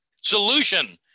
solution